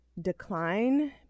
decline